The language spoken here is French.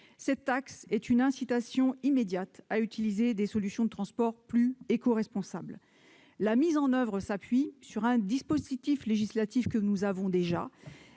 Cette taxe est une incitation immédiate à utiliser des solutions de transport plus écoresponsables. Sa mise en oeuvre s'appuie sur un dispositif normatif qui existe déjà